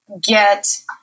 get